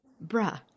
bra